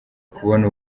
kubona